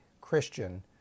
Christian